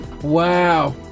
Wow